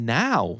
now